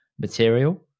material